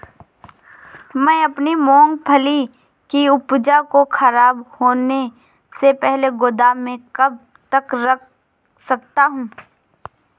मैं अपनी मूँगफली की उपज को ख़राब होने से पहले गोदाम में कब तक रख सकता हूँ?